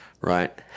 right